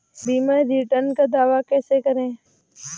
बीमा रिटर्न का दावा कैसे करें?